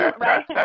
right